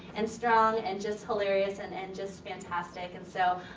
and strong, and just hilarious, and and just fantastic. and so,